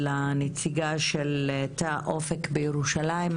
לנציגה של תא אופק בירושלים,